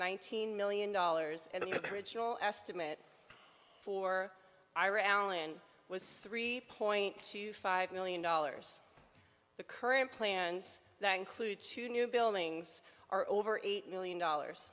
nineteen million dollars and the original estimate for ira allen was three point two five million dollars the current plans that include two new buildings are over eight million dollars